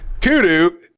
Kudu